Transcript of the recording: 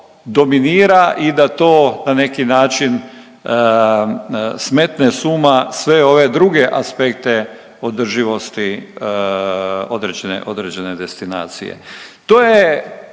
dominira i da to na neki način smetne s uma sve ove druge aspekte održivosti određene destinacije. To je